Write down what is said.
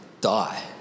die